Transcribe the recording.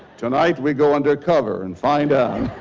tonight we go undercover and find out.